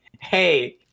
hey